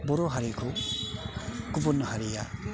बर' हारिखौ गुबुन हारिया